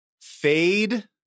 Fade